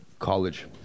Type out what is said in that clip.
College